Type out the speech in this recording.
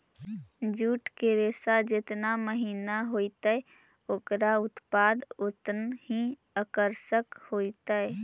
jute के रेशा जेतना महीन होतई, ओकरा उत्पाद उतनऽही आकर्षक होतई